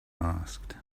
asked